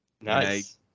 nice